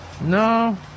No